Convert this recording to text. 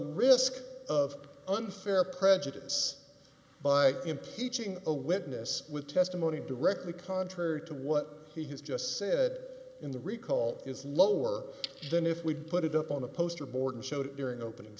risk of unfair prejudice by impeaching a witness with testimony directly contrary to what he has just said in the recall is lower than if we put it up on a poster board and showed during opening